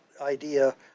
idea